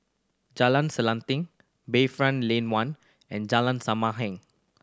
Jalan Selanting Bayfront Lane One and Jalan Sama Heng